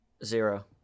zero